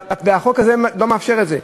והחוק הזה לא מאפשר את זה.